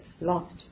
locked